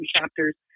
chapters